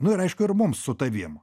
nu ir aišku ir mums su tavim